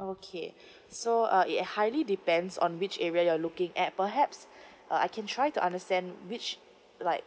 okay so uh it highly depends on which area you're looking at perhaps uh I can try to understand which like